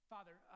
Father